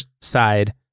side